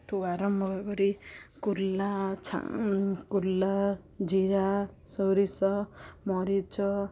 ଠୁ ଆରମ୍ଭ କରି କୁଲା କୁଲା ଜିରା ସୋରିଷ ମରିଚ